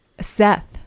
Seth